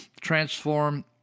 transform